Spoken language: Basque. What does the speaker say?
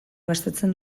gastatzen